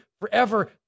forever